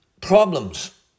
problems